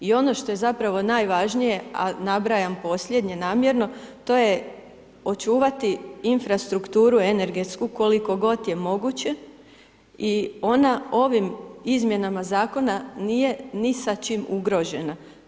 I ono što je zapravo najvažnije a nabrajam posljednje namjerno to je očuvati infrastrukturu energetsku koliko god je moguće i ona ovim izmjenama zakona nije ni sa čim ugrožena.